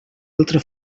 altra